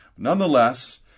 Nonetheless